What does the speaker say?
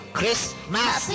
Christmas